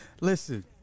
Listen